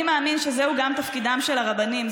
אני מאמין שזהו גם תפקידם של הרבנים.